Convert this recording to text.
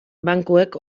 bankuek